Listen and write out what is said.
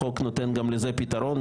החוק נותן גם לזה פתרון.